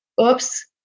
Oops